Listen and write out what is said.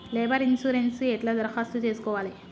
Labour insurance ఎట్ల దరఖాస్తు చేసుకోవాలే?